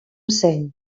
seny